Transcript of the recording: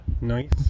Nice